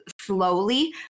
slowly